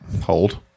Hold